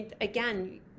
again